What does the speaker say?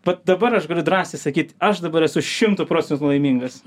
vat dabar aš galiu drąsiai sakyt aš dabar esu šimtu procentų laimingas